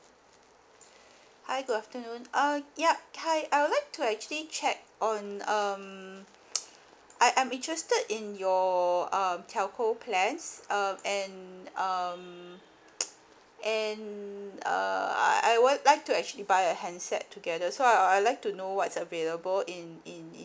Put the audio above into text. hi good afternoon uh yup hi I would like to actually check on um I I'm interested in your um telco plans um and um and uh I would like to actually buy a handset together so I I'd like to know what's available in in in